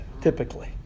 typically